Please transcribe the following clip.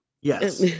Yes